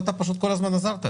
אתה פשוט כל הזמן עזרת לו.